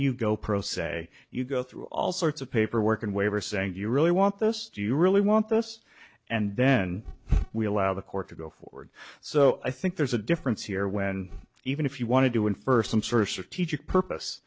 you go pro se you go through all sorts of paperwork and waiver saying do you really want this do you really want this and then we allow the court to go forward so i think there's a difference here when even if you wanted to infer some sort of strategic purpose